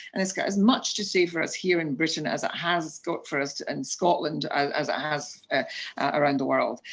and it's got as much to say for us here in britain as it has got for us in and scotland, as as it has around the world.